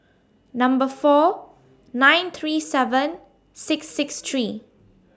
Number four nine three seven six six three